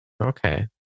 Okay